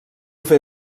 fer